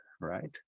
right